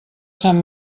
sant